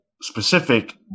specific